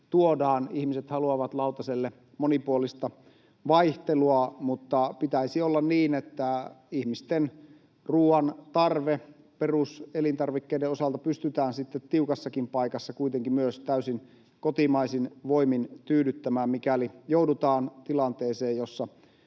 ihmiset haluavat lautaselle monipuolista vaihtelua, mutta pitäisi olla niin, että ihmisten ruoantarve peruselintarvikkeiden osalta pystytään kuitenkin tiukassakin paikassa myös täysin kotimaisin voimin tyydyttämään, mikäli joudutaan tilanteeseen, jossa